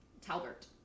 Talbert